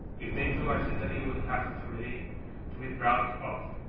if they do, i certainly will have a family to be proud of.